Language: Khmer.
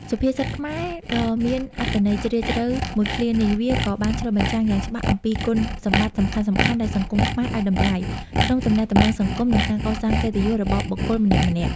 សុភាសិតខ្មែរដ៏មានអត្ថន័យជ្រាលជ្រៅមួយឃ្លានេះ វាក៏បានឆ្លុះបញ្ចាំងយ៉ាងច្បាស់អំពី គុណសម្បត្តិសំខាន់ៗដែលសង្គមខ្មែរឱ្យតម្លៃ ក្នុងទំនាក់ទំនងសង្គម និងការកសាងកិត្តិយសរបស់បុគ្គលម្នាក់ៗ។